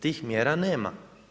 Tih mjera nema.